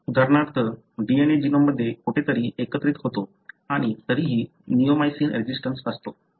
उदाहरणार्थ DNA जीनोममध्ये कुठेतरी एकत्रित होतो आणि तरीही निओमायसिन रेझिस्टन्स असतो